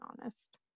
honest